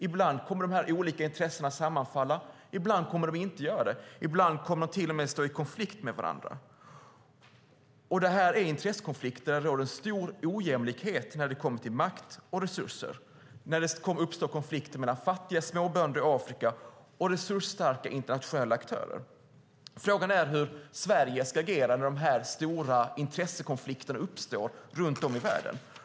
Ibland kommer de olika intressena att sammanfalla. Ibland kommer de inte att göra det. Ibland kommer de till och med att stå i konflikt med varandra. Och det är intressekonflikter där det råder en stor ojämlikhet i makt och resurser, när det uppstår konflikter mellan fattiga småbönder i Afrika och resursstarka internationella aktörer. Frågan är hur Sverige ska agera när dessa stora intressekonflikter uppstår runt om i världen.